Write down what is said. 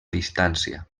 distància